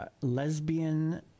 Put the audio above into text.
lesbian